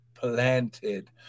planted